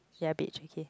ya beige okay